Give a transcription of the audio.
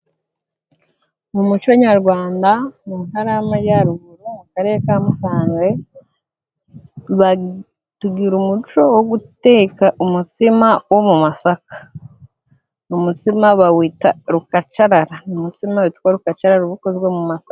Mu muco nyarwanda, mu ntara y'Amajyaruguru mu karere ka Musanze, batugira umuco wo guteka umutsima wo mu masaka. Umutsima bawita rukacarara. Umutsima witwa rukacarara uba ukozwe mu masaka.